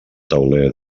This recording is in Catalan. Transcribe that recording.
tauler